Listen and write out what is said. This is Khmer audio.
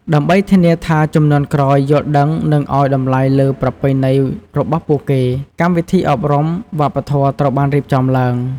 ដើម្បីធានាថាជំនាន់ក្រោយយល់ដឹងនិងឱ្យតម្លៃលើប្រពៃណីរបស់ពួកគេ កម្មវិធីអប់រំវប្បធម៌ត្រូវបានរៀបចំឡើង។